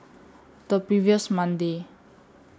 The previous Monday